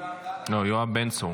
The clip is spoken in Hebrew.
לא, יואב בן צור.